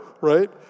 right